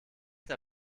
der